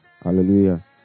Hallelujah